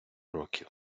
років